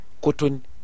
cotton